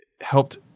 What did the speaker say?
helped